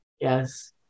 Yes